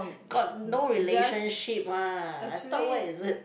got no relationship one I thought what is it